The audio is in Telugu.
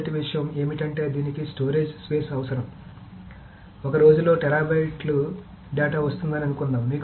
మొదటి విషయం ఏమిటంటే దీనికి స్టోరేజ్ స్పేస్ అవసరం ఒక రోజులో టెరాబైట్ల డేటా వస్తుందని అనుకుందాం